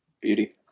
Beauty